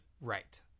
Right